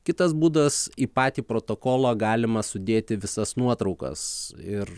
kitas būdas į patį protokolą galima sudėti visas nuotraukas ir